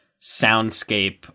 soundscape